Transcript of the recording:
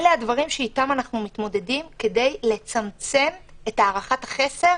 אלה הדברים שאיתם אנחנו מתמודדים כדי לצמצם את הערכת החסר